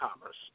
commerce